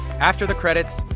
after the credits,